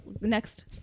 next